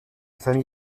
famille